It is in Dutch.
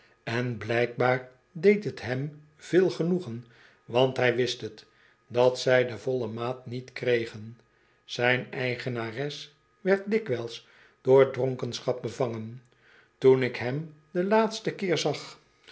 en blijkbaar deed t hem veel genoegen want hij wist het dat zij de volle maat niit kregen zijn eigenares werd dikwijls door dronkenschap bevangen toen ik hem den laatsten keer zag